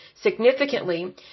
significantly